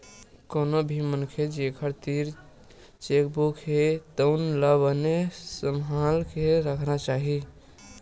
कोनो भी मनखे जेखर तीर चेकबूक हे तउन ला बने सम्हाल के राखना चाही